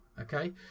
Okay